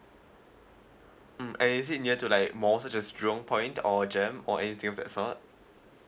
mm and is it near to like mall such as jurong point or jam or anything of that sort